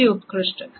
अति उत्कृष्ट